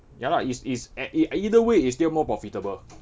ya lah it's it's a~ ei~ either way it's still more profitable